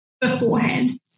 beforehand